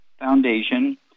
Foundation